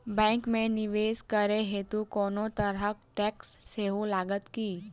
Bank मे निवेश करै हेतु कोनो तरहक टैक्स सेहो लागत की?